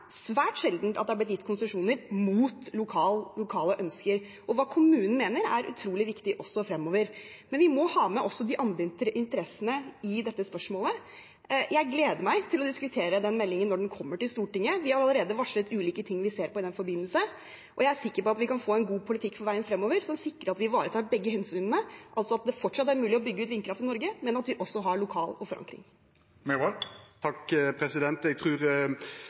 svært sjelden at det har blitt gitt konsesjoner mot lokale ønsker, og hva kommunen mener, er utrolig viktig også fremover, men vi må også ha med de andre interessene i dette spørsmålet. Jeg gleder meg til å diskutere den meldingen når den kommer til Stortinget. Vi har allerede varslet ulike ting vi ser på i den forbindelse, og jeg er sikker på at vi kan få en god politikk for veien fremover som sikrer at vi ivaretar begge hensynene, altså at det fortsatt er mulig å bygge ut vindkraft i Norge, men at vi også har lokal forankring. Eg lytta til statsråden, og eg trur